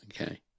Okay